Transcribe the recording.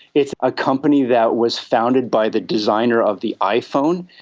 it's a company that was founded by the designer of the iphone.